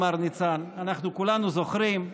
אמר אילן, אנחנו כולנו זוכרים: